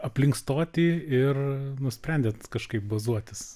aplink stotį ir nusprendėt kažkaip bazuotis